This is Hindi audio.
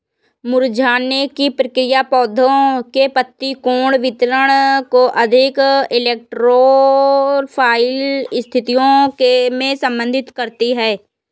मुरझाने की प्रक्रिया पौधे के पत्ती कोण वितरण को अधिक इलेक्ट्रो फाइल स्थितियो में संशोधित करती है